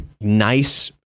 nice